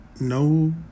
no